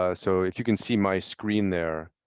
ah so if you can see my screen there,